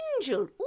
angel